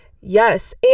Yes